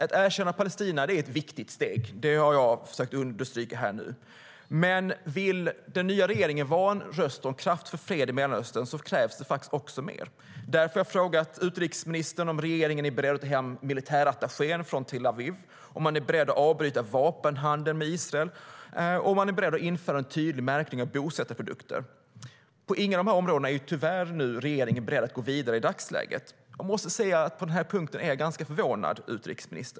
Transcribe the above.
Ett erkännande av Palestina är ett viktigt steg - det har jag försökt understryka här. Men vill den nya regeringen vara en röst för en kraftfull fred i Mellanöstern krävs det faktiskt mer. Därför har jag frågat utrikesministern om regeringen är beredd att ta hem militärattachén från Tel Aviv, om man är beredd att avbryta vapenhandel med Israel och om man är beredd att införa en tydlig märkning av bosättarprodukter. På inget av de områdena är regeringen tyvärr beredd att gå vidare i dagsläget. Jag måste säga, utrikesministern, att jag på den här punkten är ganska förvånad.